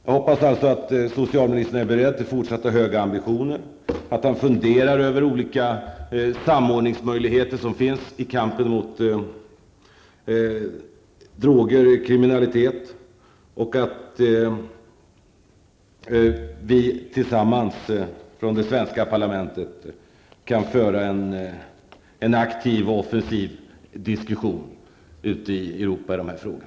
Jag hoppas att socialministern är beredd att upprätthålla fortsatt höga ambitioner och att han funderar över olika samordningsmöjligheter som finns i kampen mot droger och kriminalitet. Jag hoppas att vi från det svenska parlamentet kan föra en aktiv och offensiv diskussion ute i Europa i dessa frågor.